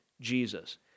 Jesus